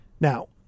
Now